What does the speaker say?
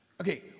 Okay